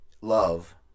love